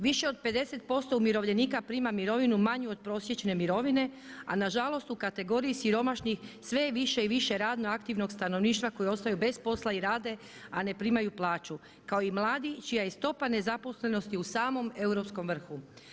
Više od 50% umirovljenika prima mirovinu manju od prosječne mirovine a nažalost u kategoriji siromašnih sve je više i više radno aktivnog stanovništva koji ostaju bez posla i rade a ne primaju plaću, kao i mladi čija je i stopa nezaposlenosti u samom europskom vrhu.